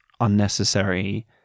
unnecessary